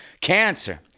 cancer